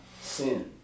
sin